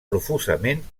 profusament